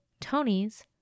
Tony's